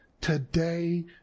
today